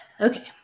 Okay